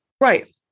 Right